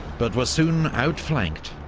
but were soon outflanked,